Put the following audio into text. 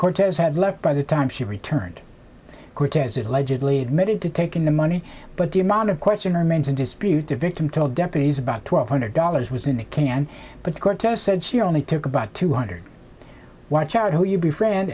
cortez had left by the time she returned cortez's allegedly admitted to taking the money but the amount of question remains in dispute the victim told deputies about twelve hundred dollars was in the can but cortez said she only took about two hundred watch out who you be friend